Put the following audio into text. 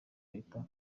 leta